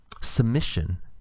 submission